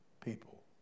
people